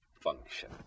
function